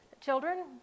children